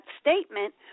statement